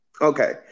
Okay